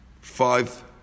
five